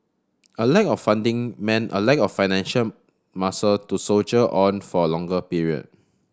a lack of funding meant a lack of financial muscle to soldier on for a longer period